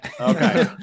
Okay